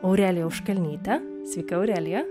aureliją auškalnytę sveika aurelija